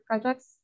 projects